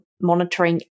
monitoring